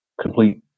complete